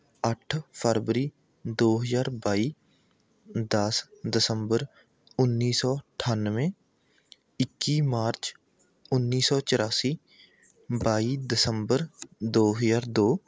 ਅੱਠ ਫਰਵਰੀ ਦੋ ਹਜ਼ਾਰ ਬਾਈ ਦਸ ਦਸੰਬਰ ਉੱਨੀ ਸੌ ਅਠਾਨਵੇਂ ਇੱਕੀ ਮਾਰਚ ਉੱਨੀ ਸੌ ਚੁਰਾਸੀ ਬਾਈ ਦਸੰਬਰ ਦੋ ਹਜ਼ਾਰ ਦੋ